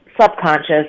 Subconscious